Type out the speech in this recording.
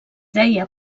deia